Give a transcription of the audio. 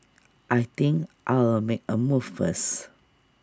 I think I'll make A move first